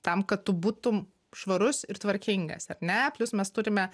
tam kad tu būtum švarus ir tvarkingas ar ne plius mes turime